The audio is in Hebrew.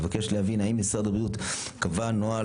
נבקש להבין האם משרד הבריאות קבע נוהל